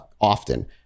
often